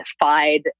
defied